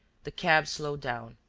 the cab slowed down.